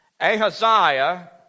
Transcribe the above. Ahaziah